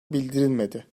bildirilmedi